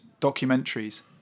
documentaries